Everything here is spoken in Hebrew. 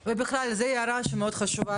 הם יצאו מהמדינה והם פצועים.